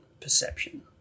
perception